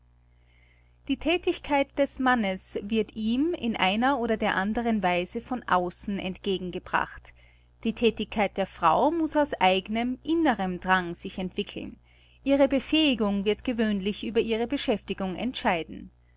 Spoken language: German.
die thätigkeit des mannes wird ihm in einer oder der andern weise von außen entgegengebracht die thätigkeit der frau muß aus eignem innerem drang sich entwickeln ihre befähigung wird gewöhnlich über ihre beschäftigung entscheiden